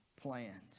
plans